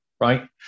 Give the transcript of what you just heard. right